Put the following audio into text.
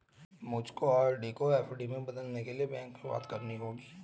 मुझको आर.डी को एफ.डी में बदलने के लिए बैंक में बात करनी होगी